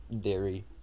dairy